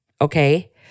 Okay